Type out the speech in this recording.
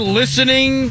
listening